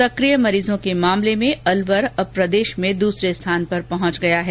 सकिय मरीजों के मामले में अलवर अब प्रदेश में दूसरे स्थान पर पहुंच गया है